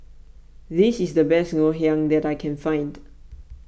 this is the best Ngoh Hiang that I can find